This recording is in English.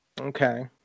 Okay